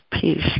peace